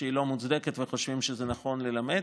שהיא לא מוצדקת וחושבים שזה נכון ללמד,